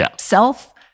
self